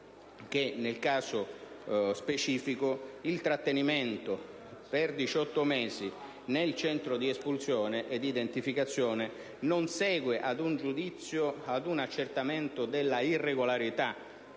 nel caso specifico il trattenimento per 18 mesi nel Centro di identificazione ed espulsione non segue ad un accertamento della irregolarità